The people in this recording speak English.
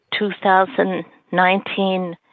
2019